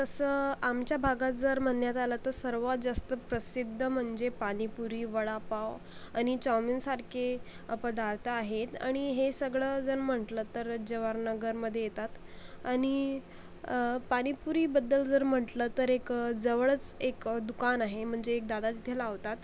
तसं आमच्या भागात जर म्हणण्यात आलं तर सर्वात जास्त प्रसिद्ध म्हणजे पाणीपुरी वडापाव आणि चाऊमिनसारखे पदार्थ आहेत आणि हे सगळं जर म्हटलं तर जवाहरनगरमध्ये येतात आणि पाणीपुरीबद्दल जर म्हटलं तर एक जवळच एक दुकान आहे म्हणजे एक दादा तिथे लावतात